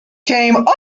came